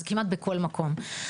זה כמעט בכל מקום.